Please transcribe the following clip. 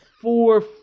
four